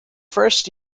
first